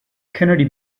kennedy